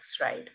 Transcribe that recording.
right